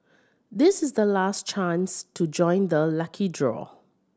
this is the last chance to join the lucky draw